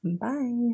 bye